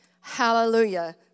Hallelujah